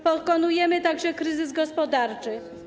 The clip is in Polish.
Pokonujemy także kryzys gospodarczy.